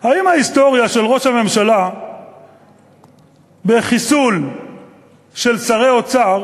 האם ההיסטוריה של ראש הממשלה בחיסול של שרי אוצר